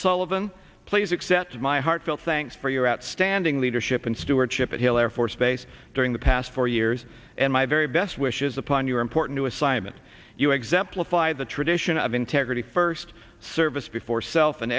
sullivan please accept my heartfelt thanks for your outstanding leadership and stewardship of hill air force base during the past four years and my very best wishes upon your important to assignment you exemplify the tradition of integrity first service before self and